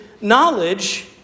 knowledge